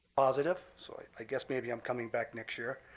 positive. so i i guess maybe i'm coming back next year.